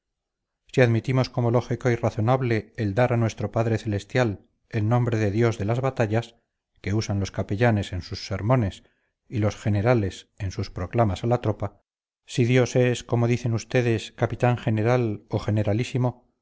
admitimos como lógico y razonable el dar a nuestro padre celestial el nombre de dios de las batallas que usan los capellanes en sus sermones y los generales en sus proclamas a la tropa si dios es como dicen ustedes capitán general o generalísimo